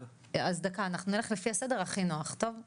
אנחנו נלך לפי הסדר הכי נוח ככה, טוב?